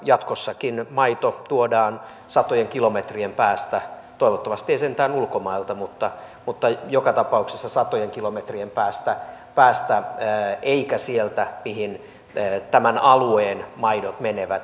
jatkossakin maito tuodaan satojen kilometrien päästä toivottavasti ei sentään ulkomailta mutta joka tapauksessa satojen kilometrien päästä eikä sieltä mihin tämän alueen maidot menevät